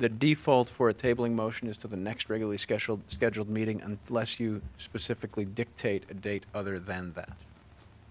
the default for a table in motion as to the next regularly scheduled scheduled meeting and less you specifically dictate a date other than that